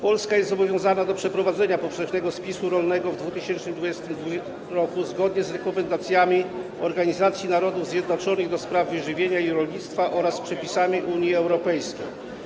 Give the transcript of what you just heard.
Polska jest zobowiązana do przeprowadzenia powszechnego spisu rolnego w 2020 r., zgodnie z rekomendacjami Organizacji Narodów Zjednoczonych ds. Wyżywienia i Rolnictwa oraz przepisami Unii Europejskiej.